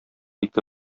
ике